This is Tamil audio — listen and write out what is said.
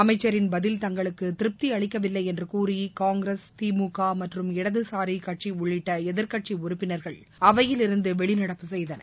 அமைச்சரின் பதில் தங்களுக்கு திருப்தி அளிக்கவில்லை என்று கூறி காங்கிரஸ் திமுக மற்றும் இடதுசாரி கட்சி உள்ளிட்ட எதிர்க்கட்சி உறுப்பினர்கள் அவையில் இருந்து வெளிநடப்பு செய்தனர்